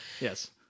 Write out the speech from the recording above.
Yes